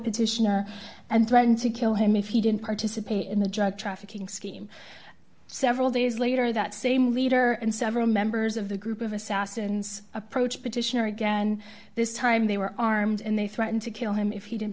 petitioner and threatened to kill him if he didn't participate in the drug trafficking scheme several days later that same leader and several members of the group of assassins approach petitioner again this time they were armed and they threatened to kill him if he didn't